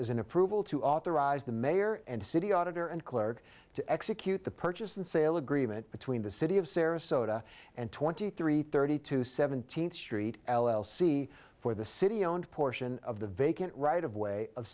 an approval to authorize the mayor and city auditor and clerk to execute the purchase and sale agreement between the city of sarasota and twenty three thirty two seventeenth street l l c four the city owned portion of the vacant right of way of